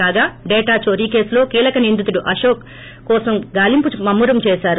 కాగా డేటా చోరీ కేసులో కీలక నిందితుడు అశోక్ ేకోసం గాలింపు ముమ్మ రం చేశారు